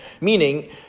Meaning